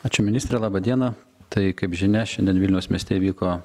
ačiū ministre laba diena tai kaip žinia šiandien vilniaus mieste įvyko